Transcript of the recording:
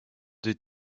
des